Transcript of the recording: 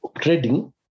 trading